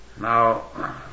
Now